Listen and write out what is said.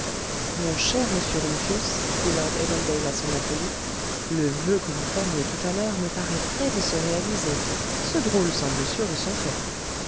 mon cher monsieur rumphius dit lord evandale à son acolyte le vœu que vous formiez tout à l'heure me paraît près de se réaliser ce drôle semble sûr de son fait